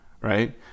right